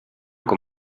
con